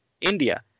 India